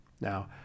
Now